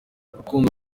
urukundo